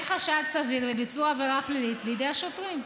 שאין חשד סביר לביצוע עבירה פלילית בידי השוטרים.